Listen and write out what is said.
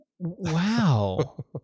Wow